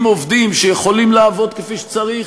עם עובדים שיכולים לעבוד כפי שצריך,